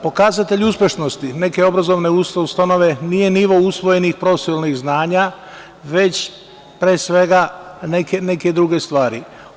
Pokazatelj uspešnosti neke obrazovne ustanove nije nivo usvojenih profesionalnih znanja već, pre svega, neke druge stvari.